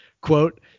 quote